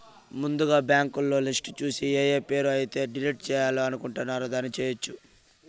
ముందుగా బ్యాంకులో లిస్టు చూసి ఏఏ పేరు అయితే డిలీట్ చేయాలి అనుకుంటారు దాన్ని చేయొచ్చు